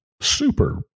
super